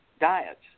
diets